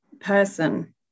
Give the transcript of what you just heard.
person